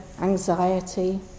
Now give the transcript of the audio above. anxiety